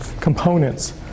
components